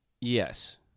Yes